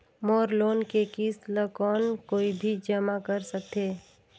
मोर loan के किस्त ल कौन कोई भी जमा कर सकथे?